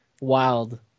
wild